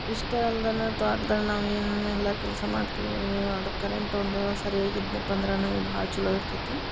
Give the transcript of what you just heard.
ಇಷ್ಟ ಅಲ್ದನ ತ್ವಾಟ್ದಾಗ ನಾವು ಏನೇನೆಲ್ಲ ಕೆಲಸ ಮಾಡ್ತೀವಿ ಆದ್ರ ಕರೆಂಟ್ ಒಂದು ಸರಿಯಾಗಿ ಇದ್ನೆಪ್ಪ ಅಂದರ ನಮಗ್ ಭಾಳ್ ಚಲೋ ಇರ್ತೆತಿ